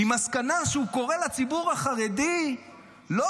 היא המסקנה שהוא קורא לציבור החרדי לא